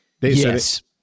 Yes